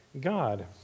God